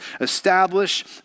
Establish